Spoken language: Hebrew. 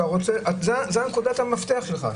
זו נקודת המפתח שלך,